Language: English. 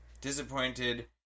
Disappointed